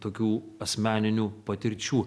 tokių asmeninių patirčių